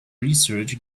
research